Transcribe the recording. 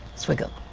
swiggle,